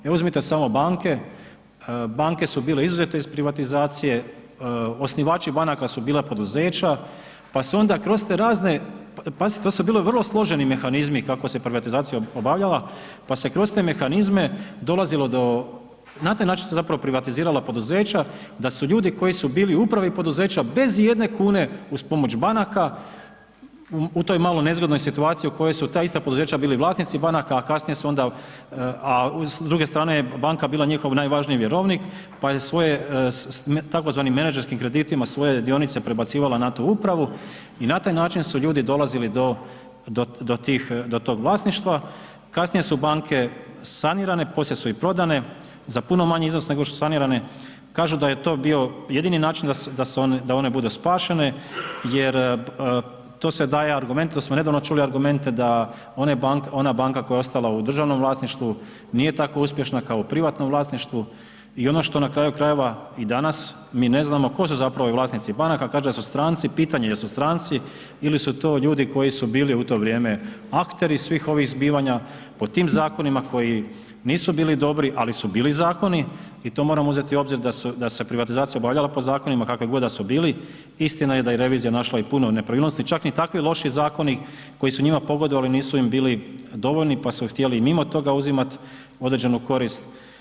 Evo, uzmite samo banke, banke su bile izuzete iz privatizacije, osnivači banaka su bila poduzeća, pa su onda kroz te razne, pazite, to su bili vrlo složeni mehanizmi kako se privatizacija obavljala, pa se kroz te mehanizme dolazilo do, na taj način su se zapravo privatizirala poduzeća, da su ljudi koji su bili u upravi poduzeća, bez ijedne kune uz pomoć banaka u toj malo nezgodnoj situaciji u kojoj su ta ista poduzeća bili vlasnici banaka, a kasnije su onda, a s druge strane je banka bila njihov najvažniji vjerovnik, pa je svoje, tzv. menadžerskim kreditima, svoje dionice prebacivala na tu upravu i na taj način su ljudi dolazili do tog vlasništva, kasnije su banke sanirane, poslije su i prodane za puno manji iznos nego što su sanirane, kažu da je to bio jedini način da one budu spašene jer to se daje argument, to smo nedavno čuli argumente da ona banka koja je ostala u državnom vlasništvu, nije tako uspješna kao u privatnom vlasništvu i ono što na kraju krajeva i danas mi ne znamo tko su zapravo vlasnici banaka, kažu da su stranci, pitanje jesu li stranci ili su to ljudi koji su bili u to vrijeme akteri svih ovih zbivanja po tim zakonima koji nisu bili dobri, ali su bili zakoni i to moramo uzeti u obzir da se privatizacija obavljala po zakonima kakvi god da su bili, istina je da je revizija našla i puno nepravilnosti, čak ni takvi loši zakoni koji su njima pogodovali, nisu im bili dovoljno, pa su htjeli i mimo toga uzimat određenu korist.